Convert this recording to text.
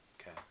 Okay